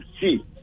see